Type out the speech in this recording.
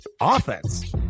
offense